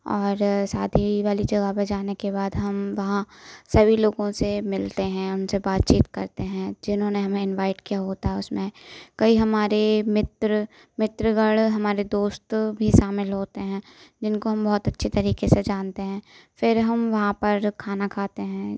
और शादी वाली जगह पे जाने के बाद हम वहाँ सभी लोगों से मिलते हैं उनसे बातचीत करते हैं जिन्होंने हमें इनवाइट किया होता है उसमें कई हमारे मित्र मित्रगण हमारे दोस्त भी शामिल होते हैं जिनको हम बहुत अच्छी तरीक़े से जानते हैं फिर हम वहाँ पर जो खाना खाते हैं